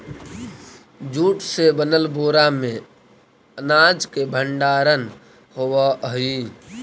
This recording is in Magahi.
जूट से बनल बोरा में अनाज के भण्डारण होवऽ हइ